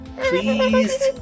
Please